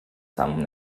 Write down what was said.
تموم